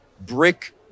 brick